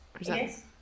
Yes